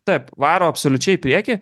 taip varo absoliučiai į priekį